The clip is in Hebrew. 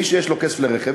מי שיש לו כסף לרכב,